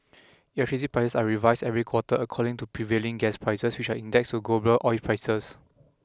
electricity price are revised every quarter according to prevailing gas prices which are indexed to global oil prices